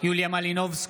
יוליה מלינובסקי,